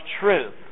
truth